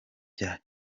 bya